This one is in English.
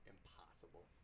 Impossible